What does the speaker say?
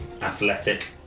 athletic